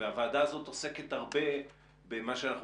והוועדה הזאת עוסקת הרבה במה שאנחנו